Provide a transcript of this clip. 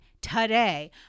today